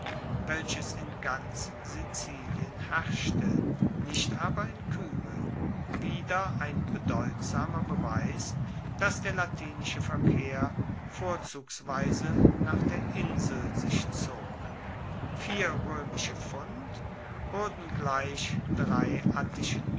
welches in ganz sizilien herrschte nicht aber in kyme wieder ein bedeutsamer beweis dass der latinische verkehr vorzugsweise nach der insel sich zog vier roemische pfund wurden gleich drei